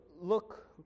Look